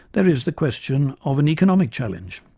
there is the question of an economic challenge.